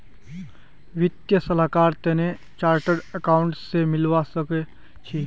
वित्तीय सलाहर तने चार्टर्ड अकाउंटेंट स मिलवा सखे छि